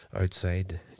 outside